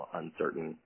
uncertain